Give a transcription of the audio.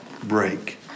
break